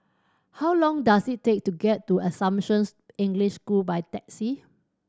how long does it take to get to Assumption English School by taxi